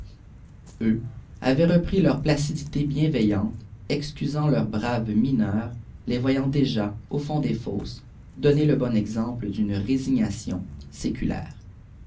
avaient repris leur placidité bienveillante excusant leurs braves mineurs les voyant déjà au fond des fosses donner le bon exemple d'une résignation séculaire